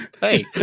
Hey